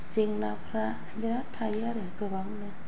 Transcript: जेंनाफ्रा बिराद थायो आरो गोबांनो